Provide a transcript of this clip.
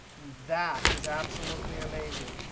and that is absolutely amazing.